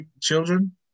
children